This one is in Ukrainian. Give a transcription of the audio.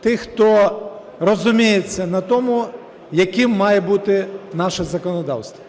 тих, хто розуміється на тому, яким має бути наше законодавство.